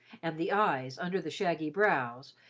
and the eyes, under the shaggy brows,